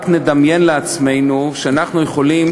רק נדמיין לעצמנו שאנחנו יכולים